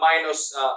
minus